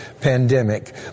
pandemic